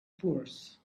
pours